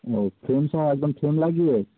ও frame সহ একদম frame লাগিয়ে